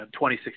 2016